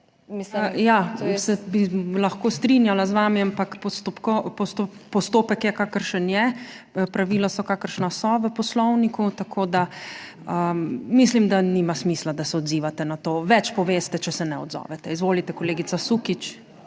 Ja, se bi lahko strinjala z vami, ampak postopek je, kakršen je, pravila so, kakršna so v poslovniku, tako da mislim, da nima smisla, da se odzivate na to. Več poveste, če se ne odzovete. Izvolite, kolegica Sukič.